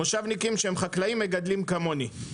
מושבניקים שהם חקלאים מגדלים כמוני.